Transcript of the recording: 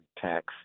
tax